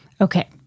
Okay